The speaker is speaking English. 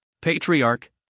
Patriarch